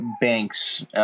banks